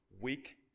weak